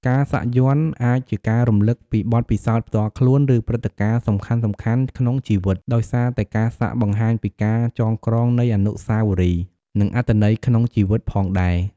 ការសាក់យ័ន្តអាចជាការរំលឹកពីបទពិសោធន៍ផ្ទាល់ខ្លួន ឬព្រឹត្តិការណ៍សំខាន់ៗក្នុងជីវិត ដោយសារតែការសាក់បង្ហាញពីការចងក្រងនៃអនុស្សាវរីយ៍ និងអត្ថន័យក្នុងជីវិតផងដែរ។